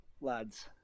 lads